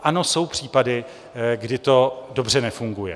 Ano, jsou případy, kdy to dobře nefunguje.